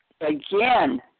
again